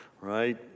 right